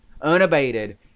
unabated